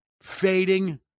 fading